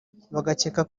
bagakeka